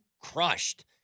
crushed